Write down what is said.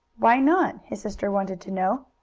why not? his sister wanted to know.